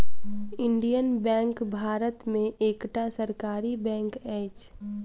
Indian bank Bharat में एकटा सरकारी बैंक अछि